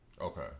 Okay